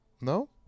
No